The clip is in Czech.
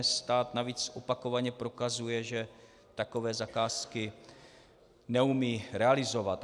Stát navíc opakovaně prokazuje, že takové zakázky neumí realizovat.